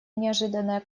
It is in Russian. неожиданная